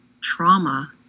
trauma